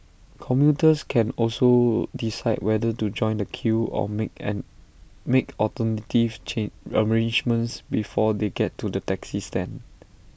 commuters can also decide whether to join the queue or make and make alternative chin arrangements before they get to the taxi stand